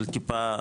של טיפה,